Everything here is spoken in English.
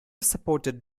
supported